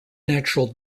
natural